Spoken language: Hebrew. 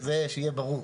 אז אני שואל למה.